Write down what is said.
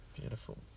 beautiful